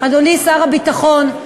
אדוני שר הביטחון,